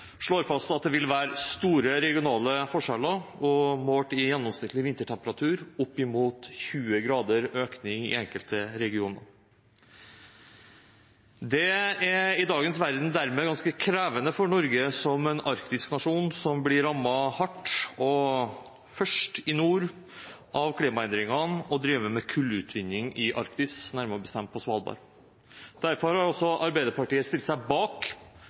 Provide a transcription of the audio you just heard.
slår fast at det vil være store regionale forskjeller, målt i gjennomsnittlig vintertemperatur opp mot 20 grader økning i enkelte regioner. Det er i dagens verden dermed ganske krevende for Norge som en arktisk nasjon, som blir rammet hardt og først i nord av klimaendringene, å drive med kullutvinning i Arktis, nærmere bestemt på Svalbard. Derfor har Arbeiderpartiet stilt seg bak